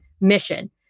mission